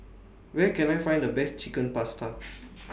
Where Can I Find The Best Chicken Pasta